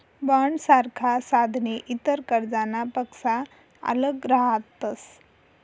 बॉण्डसारखा साधने इतर कर्जनापक्सा आल्लग रहातस